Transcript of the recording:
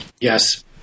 Yes